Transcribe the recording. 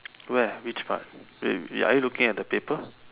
where which part wait are you looking at the paper